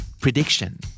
Prediction